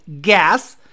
gas